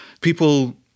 People